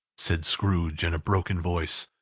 said scrooge in a broken voice,